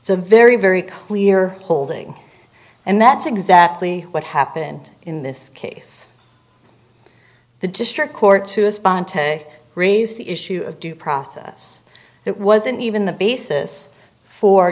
a very very clear holding and that's exactly what happened in this case the district court to respond to raise the issue of due process that wasn't even the basis for